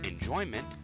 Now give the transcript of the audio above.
enjoyment